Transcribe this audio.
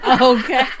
Okay